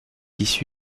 issu